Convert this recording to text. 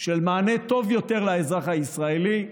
של מענה טוב יותר לאזרח הישראלי,